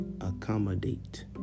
accommodate